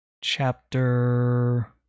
chapter